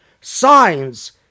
signs